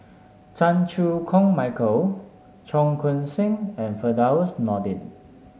Chan Chew Koon Michael Cheong Koon Seng and Firdaus Nordin